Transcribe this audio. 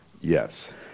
Yes